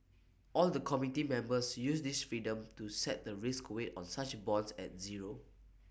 all the committee members use this freedom to set the risk weight on such bonds at zero